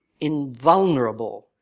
invulnerable